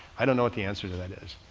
i don't know what the answer to that is.